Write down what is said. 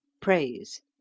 praise